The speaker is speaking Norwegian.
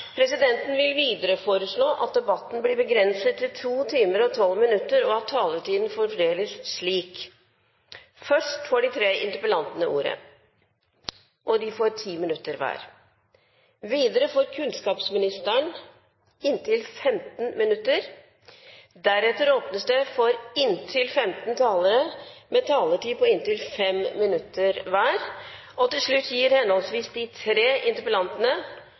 Presidenten vil foreslå at debatten blir begrenset til 2 timer og 12 minutter og at taletiden fordeles slik: Først får de tre interpellantene inntil 10 minutter hver. Videre får kunnskapsministeren inntil 15 minutter. Deretter åpnes det for inntil 15 talere med en taletid på inntil 5 minutter til hver. Til slutt gis henholdsvis de